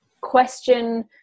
question